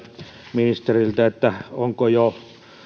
ministeriltä onko jo